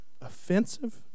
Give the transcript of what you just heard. offensive